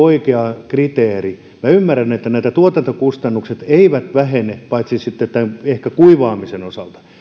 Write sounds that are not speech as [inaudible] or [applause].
[unintelligible] oikea kriteeri minä ymmärrän että nämä tuotantokustannukset eivät vähene paitsi sitten ehkä kuivaamisen osalta